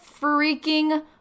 freaking